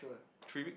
three week